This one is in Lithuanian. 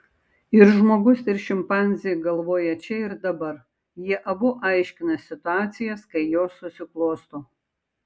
ir žmogus ir šimpanzė galvoja čia ir dabar jie abu aiškina situacijas kai jos susiklosto